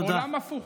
עולם הפוך.